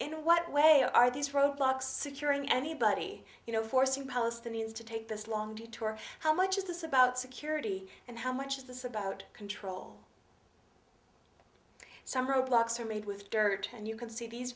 in what way are these roadblocks securing anybody you know forcing palestinians to take this long detour how much is this about security and how much is this about control some roadblocks are made with dirt and you can see these